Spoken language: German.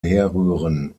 herrühren